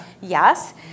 Yes